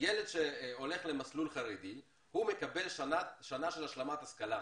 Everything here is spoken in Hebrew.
ילד שהולך למסלול חרדי מקבל שנה השלמת השכלה,